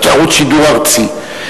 ערוץ שידור ארצי,